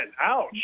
ouch